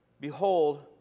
Behold